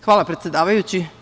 Hvala predsedavajući.